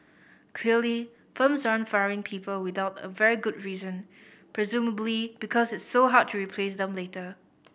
clearly firms aren't firing people without a very good reason presumably because it's so hard to replace them later